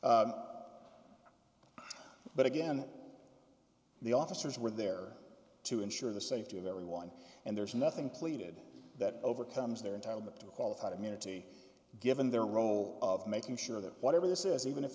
time but again the officers were there to ensure the safety of everyone and there's nothing pleaded that overcomes they're entitled to qualified immunity given their role of making sure that whatever this is even if